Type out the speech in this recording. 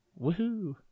Woohoo